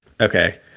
Okay